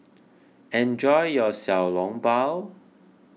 enjoy your Xiao Long Bao